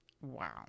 Wow